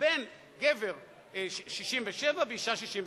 בין גבר 67 ואשה 62?